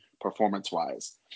performance-wise